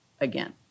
again